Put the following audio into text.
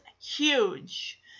huge